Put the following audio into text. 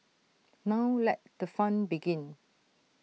now let the fun begin